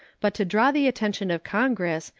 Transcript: but to draw the attention of congress,